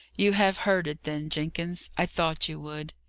you have heard it, then, jenkins? i thought you would.